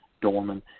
Dorman